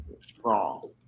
strong